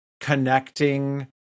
connecting